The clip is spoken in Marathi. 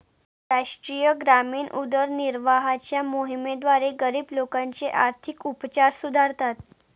राष्ट्रीय ग्रामीण उदरनिर्वाहाच्या मोहिमेद्वारे, गरीब लोकांचे आर्थिक उपचार सुधारतात